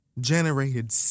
Generated